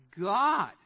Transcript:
God